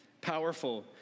powerful